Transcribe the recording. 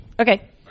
Okay